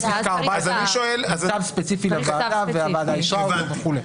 14 צו ספציפי לוועדה והוועדה אישרה אותו וכולי.